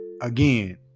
again